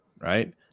right